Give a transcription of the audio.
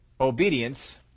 obedience